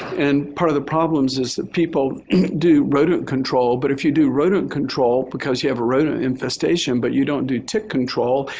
and part of the problems is that people do rodent control. control. but if you do rodent control because you have a rodent infestation but you don't do tick control,